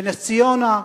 ונס-ציונה.